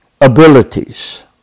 abilities